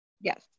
Yes